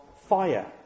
fire